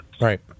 right